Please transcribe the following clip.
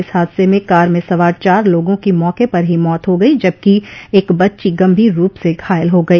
इस हादसे में कार में सवार चार लोगों की मौके पर ही मौत हो गई जबकि एक बच्ची गंभीर रूप से घायल हो गई